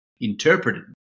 interpreted